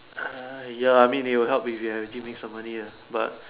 ah ya I mean it will help if you have give me some of money ah but